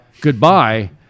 goodbye